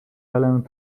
helę